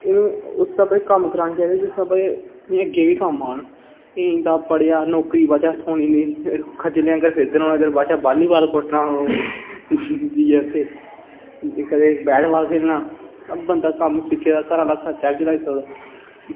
और उस स्हाबै दे कम्म कराने चाहिदे जिस स्हाबै दे अग्गे बी कम्म औन एह् इन्ना पढ़ेआ नौकरी बाद च थ्होनी नेईं खज्जलें आंगर फिरदे रौह्ना उद्दर बस बालीबाल कुट्टना जाइयै उत्थै कदें बैटबाल खेढना बंदा कम्म सिक्खे दा घरा दा खर्चा चलाई सकदा